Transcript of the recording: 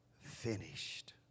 finished